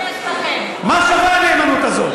מה שווה הנאמנות הזאת?